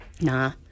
nah